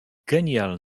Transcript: genial